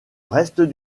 reste